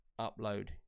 upload